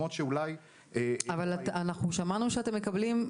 אבל אנחנו שמענו שאתם מקבלים,